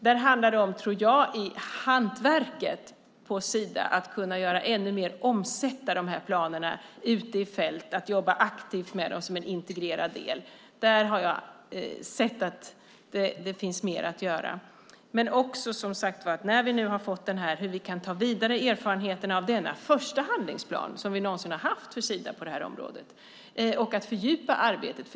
Det handlar om att i hantverket på Sida omsätta planerna ute i fält, att jobba aktivt och integrerat med planerna. Där har jag sett att det finns mer att göra. Vi kan nu använda erfarenheterna av denna första handlingsplan vi någonsin har fått från Sida på området och fördjupa arbetet.